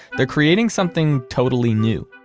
they're creating something totally new,